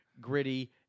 gritty